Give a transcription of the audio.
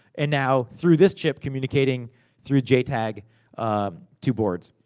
and now, through this chip, communicating through jtag to boards.